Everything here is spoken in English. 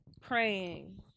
Praying